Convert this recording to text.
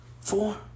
Four